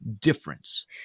difference